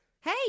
hey